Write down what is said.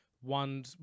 one